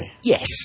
yes